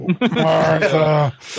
Martha